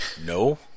No